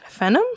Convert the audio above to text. Phenom